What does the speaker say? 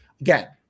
again